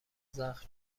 زخم